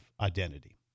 identity